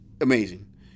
Amazing